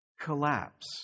collapse